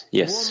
yes